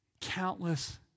countless